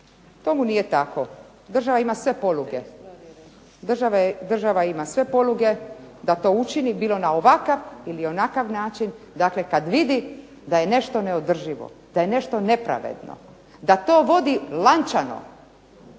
Tomu nije tako. Država ima sve poluge da to učini bilo na ovakav ili onakav način, dakle kada vidi da je nešto neodrživo, da je nešto nepravedno, da to vodi lančano,